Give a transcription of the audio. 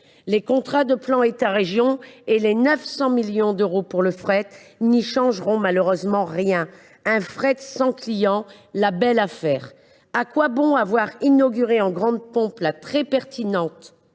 Les contrats de plan État région et les 900 millions d’euros alloués au fret n’y changeront rien. Un fret sans client, la belle affaire ! À quoi bon avoir inauguré en grande pompe la très pertinente